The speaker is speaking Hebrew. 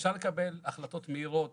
אפשר לקבל החלטות מהירות